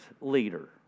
leader